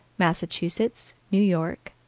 massachusetts, new york,